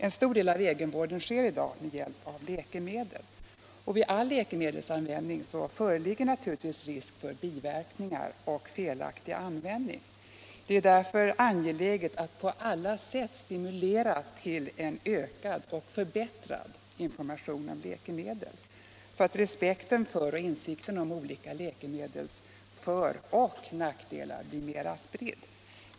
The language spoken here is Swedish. En stor del av egenvården sker i dag med hjälp av läkemedel, och vid all läkemedelsanvändning föreligger naturligtvis risker för biverkningar och felaktig användning. Det är därför angeläget att på alla sätt stimulera till ökad och förbättrad information om läkemedlen, så att respekten för och insikten om olika läkemedels föroch nackdelar blir mera spridda.